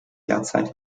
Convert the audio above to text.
derzeit